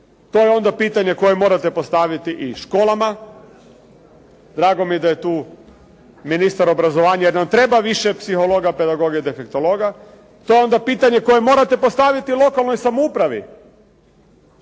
To je onda pitanje koje morate postaviti i školama. Drago mi je da je tu ministar obrazovanja, jer nam treba više psihologa, pedagoga i defektologa, to je onda pitanje koje morate postaviti lokalnoj samoupravi.